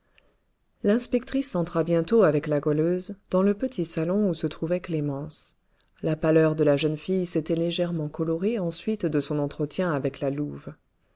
l'inspectrice entra bientôt avec la goualeuse dans le petit salon où se trouvait clémence la pâleur de la jeune fille s'était légèrement colorée ensuite de son entretien avec la louve